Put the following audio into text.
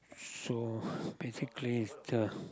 so basically it's the